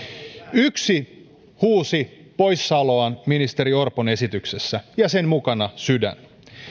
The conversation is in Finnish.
yksi huusi poissaoloaan ministeri orpon esityksessä ja sen mukana sydän